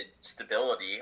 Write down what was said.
stability